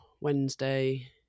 Wednesday